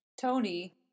Tony